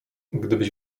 gdybyś